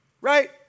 Right